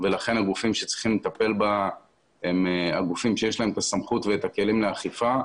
ולכן הגופים שצריכים לטפל בה הם הגופים שיש להם הסמכות והכלים לאכיפה,